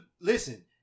listen